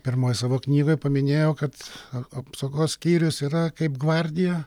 pirmoj savo knygoj paminėjau kad apsaugos skyrius yra kaip gvardija